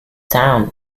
down